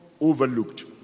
overlooked